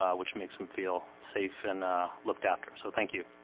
which makes them feel safe and looked after so, thank you